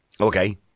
Okay